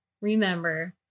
remember